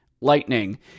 Lightning